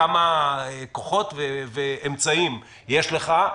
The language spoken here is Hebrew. כמה כוחות ואמצעים יש לך,